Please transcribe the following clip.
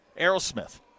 Aerosmith